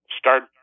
start